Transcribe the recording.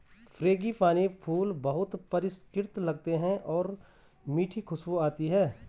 frangipani फूल बहुत परिष्कृत लगते हैं और मीठी खुशबू आती है